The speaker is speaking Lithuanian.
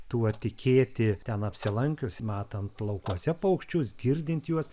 tuo tikėti ten apsilankius matant laukuose paukščius girdint juos